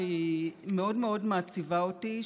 והיא מאוד מעציבה אותי,